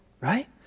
right